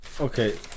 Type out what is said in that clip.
Okay